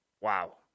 wow